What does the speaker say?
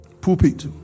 pulpit